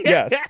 Yes